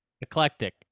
eclectic